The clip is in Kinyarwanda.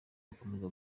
bakomeza